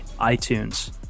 iTunes